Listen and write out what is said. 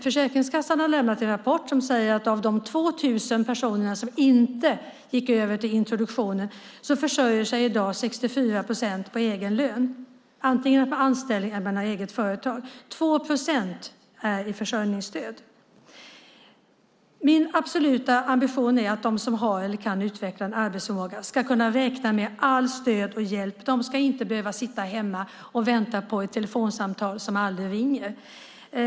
Försäkringskassan har lämnat en rapport som säger att av de 2 000 personer som inte gick över till introduktionen försörjer sig i dag 64 procent på egen lön, antingen genom anställning eller eget företag, och 2 procent är i försörjningsstöd. Min absoluta ambition är att de som har eller kan utveckla en arbetsförmåga ska kunna räkna med stöd och hjälp. De ska inte behöva sitta hemma och vänta på ett telefonsamtal som aldrig kommer.